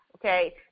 Okay